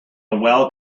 well